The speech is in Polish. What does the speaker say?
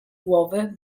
głowy